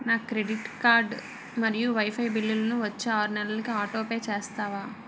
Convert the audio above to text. నా credit card మరియు wifi bill లను వచ్చే ఆరు నెలలకి ఆటోపే చేస్తావా